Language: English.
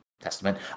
testament